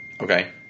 Okay